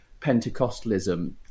Pentecostalism